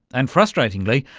and frustratingly,